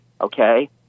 okay